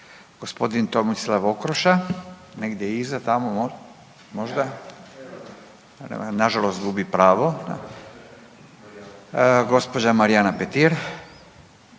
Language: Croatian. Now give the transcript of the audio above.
G. Tomislav Okroša, negdje iza tamo možda? Nažalost gubi pravo. Gđa. Marijana Petir.